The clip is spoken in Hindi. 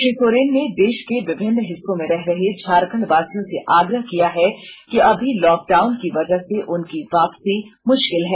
श्री सोरेन ने देश के विभिन्न हिस्सों में रह रहे झारखण्ड वासियों से आग्रह किया है कि अभी लॉक डाउन की वजह से उनकी वापसी मुश्किल है